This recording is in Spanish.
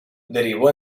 derivó